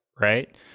right